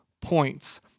points